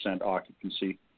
occupancy